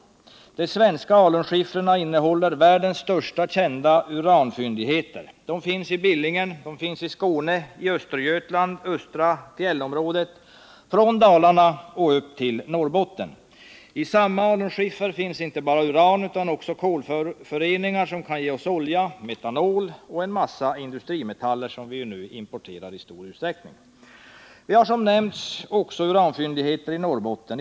De svenska alunskiffrarna innehåller världens största kända uranfyndigheter. De finns i Billingen, Skåne och Östergötland och i hela östra fjällområdet från Dalarna upp till Norrbotten. I samma alunskiffer finns inte bara uran utan också kolföreningar, som kan ge oss olja, metanol och en massa industrimetaller som vi nu i stor utsträckning importerar. Vi har, som nämnts, också uranfyndigheter i Norrbotten.